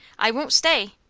i won't stay!